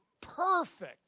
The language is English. perfect